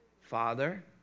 Father